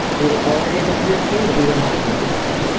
we were already a distributed team, but we were not a remote team